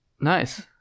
Nice